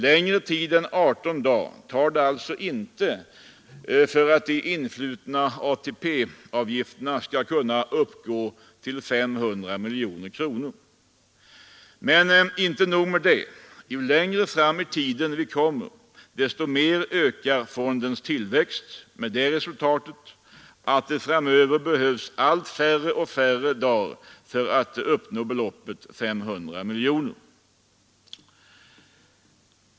Längre tid än 18 dagar tar det alltså inte för de influtna ATP-avgifterna att uppgå till 500 miljoner kronor. Men inte nog med detta: ju längre fram i tiden vi kommer, desto snabbare ökar fondens tillväxt, med det resultatet, att det framöver behövs allt färre dagar för att uppnå beloppet 500 miljoner.